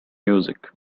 music